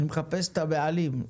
אני מחפש את הבעלים,